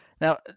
Now